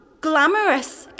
Glamorous